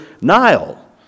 Nile